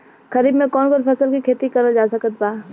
खरीफ मे कौन कौन फसल के खेती करल जा सकत बा?